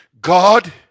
God